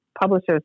Publishers